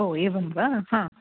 ओ एवं वा हा